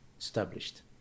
established